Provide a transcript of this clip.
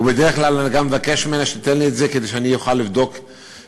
ובדרך כלל אני גם מבקש ממנה שתיתן לי את זה כדי שאוכל לבדוק במשרד.